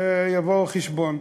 יבואו חשבון.